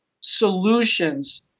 solutions